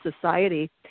society